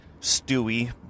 Stewie